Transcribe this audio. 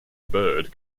bird